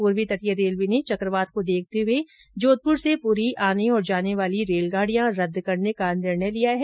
पूर्वी तटीय रेलवे ने चकवात को देखते हुए जोधपुर से पुरी आने और जाने वाली ट्रेनें रद्द करने का निर्णय किया है